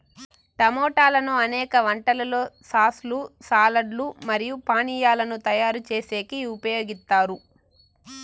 టమోటాలను అనేక వంటలలో సాస్ లు, సాలడ్ లు మరియు పానీయాలను తయారు చేసేకి ఉపయోగిత్తారు